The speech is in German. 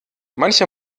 manche